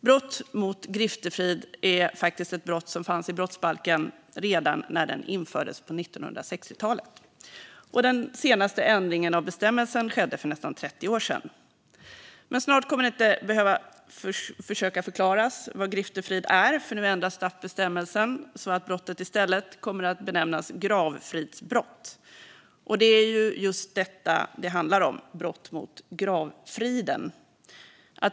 Brott mot griftefrid är ett brott som faktiskt fanns i brottsbalken redan när den infördes på 1960-talet. Och den senaste ändringen av bestämmelsen skedde för nästan 30 år sedan. Men snart kommer vi inte att behöva försöka förklara vad griftefrid är, för nu ändras straffbestämmelsen så att brottet i stället kommer att benämnas gravfridsbrott. Och det är just detta det handlar om, brott mot gravfriden.